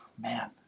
Man